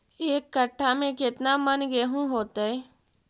एक कट्ठा में केतना मन गेहूं होतै?